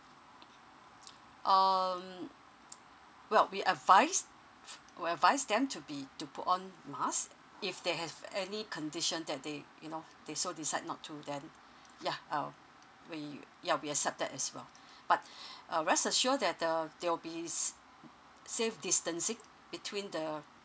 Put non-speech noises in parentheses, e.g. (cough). um well we advise would advise them to be to put on mask if they have any condition that day you know they so decide not to then ya I'll we ya we accepted as well but (breath) uh rest assure that the there will be this safe distancing between the